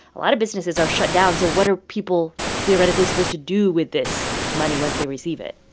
a lot of businesses are shut down, so what are people theoretically supposed to do with this money once they receive it?